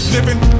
Living